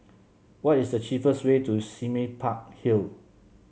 what is the cheapest way to Sime Park Hill